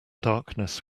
darkness